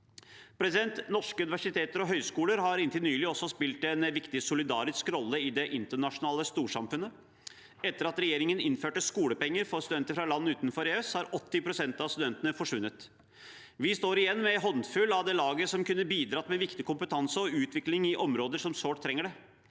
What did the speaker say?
foreleser. Norske universiteter og høyskoler har inntil nylig også spilt en viktig solidarisk rolle i det internasjonale storsamfunnet. Etter at regjeringen innførte skolepenger for studenter fra land utenfor EØS, har 80 pst. av studentene forsvunnet. Vi står igjen med en håndfull av det laget som kunne bidratt med viktig kompetanse og utvikling i områder som sårt trenger det.